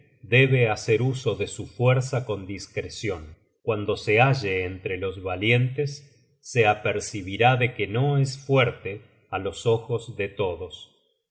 debe hacer uso de su fuerza con discrecion cuando se halle entre los valientes se apercibirá de que no es fuerte á los ojos de todos